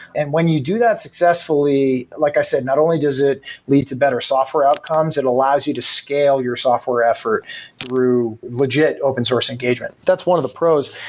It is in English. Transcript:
and when you do that successfully, like i said, not only does it lead to better software outcomes, it allows you to scale your software effort through legit open source engagement. that's one of the pros.